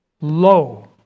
lo